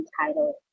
entitled